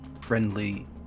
friendly